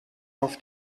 auf